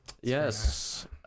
Yes